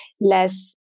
less